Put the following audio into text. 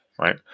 right